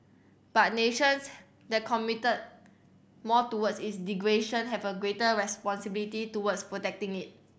but nations that commit more towards its degradation have a greater responsibility towards protecting it